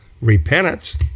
repentance